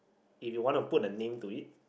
if you want to put the name to it